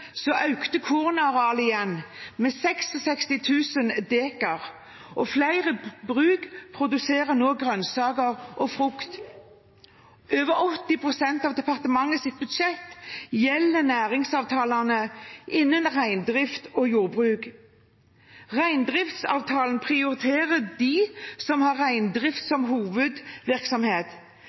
igjen, med 66 000 dekar, og flere bruk produserer nå grønnsaker og frukt. Over 80 pst. av departementets budsjett gjelder næringsavtalene innen reindrift og jordbruk. Reindriftsavtalen prioriterer dem som har reindrift som hovedvirksomhet.